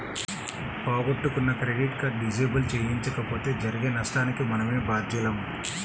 పోగొట్టుకున్న credit card disable చేయించకపోతే జరిగే నష్టానికి మనమే బాధ్యులం